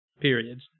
Period